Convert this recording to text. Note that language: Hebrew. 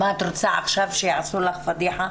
את רוצה עכשיו שיעשו לך פדיחה?